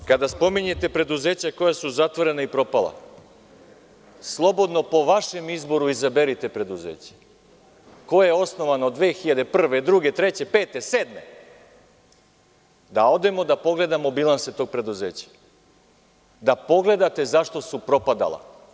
I još nešto, kada spominjete preduzeća koja su zatvorena i propala, slobodno po vašem izboru izaberite preduzeće koje je osnovano 2001, 2002, 2003, 2005, 2007. godine, da odemo da pogledamo bilanse tog preduzeća, da pogledate zašto su propadala.